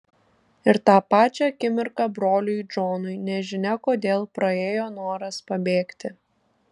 ir tą pačią akimirką broliui džonui nežinia kodėl praėjo noras pabėgti